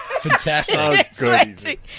Fantastic